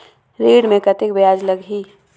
ऋण मे कतेक ब्याज लगही?